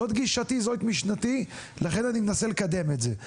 זאת גישתי, זאת משנתי, ולכן אני מנסה לקדם את זה.